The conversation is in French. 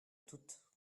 toutes